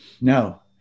No